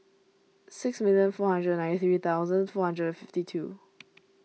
sixty billion four hundered ninety three thousand four hundred fifty two